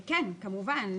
כן, כמובן.